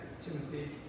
Timothy